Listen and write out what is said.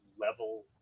level